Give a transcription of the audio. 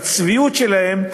הצביעות שלהם,